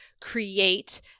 create